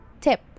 tip